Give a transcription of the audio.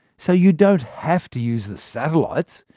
so you don't have to use the satellites.